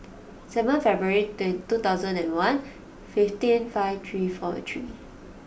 seven February two thousand and one fifteen five three four three